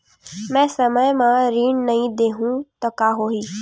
मैं समय म ऋण नहीं देहु त का होही